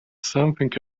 something